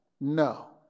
No